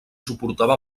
suportava